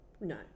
No